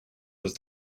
does